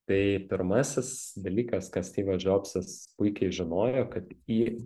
tai pirmasis dalykas ką styvas džobsas puikiai žinojo kad į